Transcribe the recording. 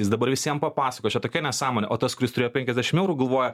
jis dabar visiem papasakos čia tokia nesąmonė o tas kuris turėjo penkiasdešimt eurų galvoja